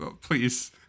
please